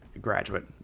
graduate